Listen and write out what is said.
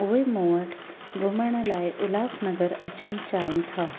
उहे मूं वटि घुमण लाइ उल्हासनगर अचणु चाहिनि था